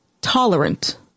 tolerant